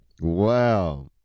Wow